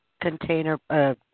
container